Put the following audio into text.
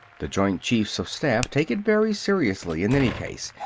the joint chiefs of staff take it very seriously, in any case.